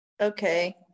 Okay